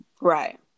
Right